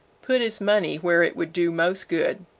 put his money where it would do most good.